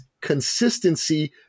consistency